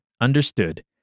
Understood